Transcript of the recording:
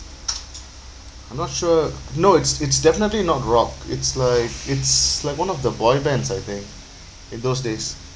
I'm not sure no it's it's definitely not rock it's like it's like one of the boy bands I think in those days